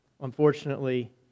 unfortunately